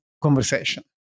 conversation